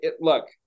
look